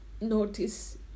notice